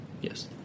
Yes